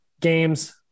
games